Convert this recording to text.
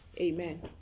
Amen